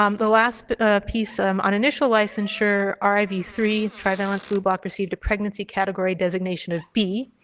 um the last piece um on initial licensure r i v three, trivalent flublok received a pregnancy category designation of b,